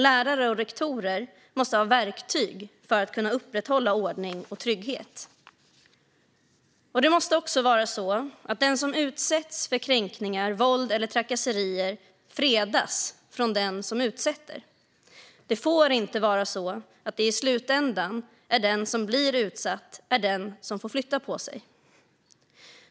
Lärare och rektorer måste ha verktyg för att kunna upprätthålla ordning och trygghet. Det måste också vara så att den som utsätts för kränkningar, våld eller trakasserier ska fredas från den som utsätter. Det får inte vara så att det i slutändan är den som blir utsatt som får flytta på sig.